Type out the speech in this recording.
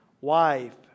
wife